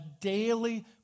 daily